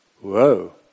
Whoa